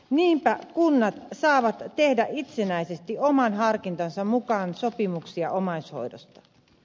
niinpä kunnat saavat tehdä itsenäisesti oman harkintansa mukaan sopimuksia omaishoidosta